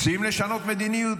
רוצים לשנות מדיניות?